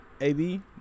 AB